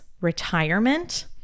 retirement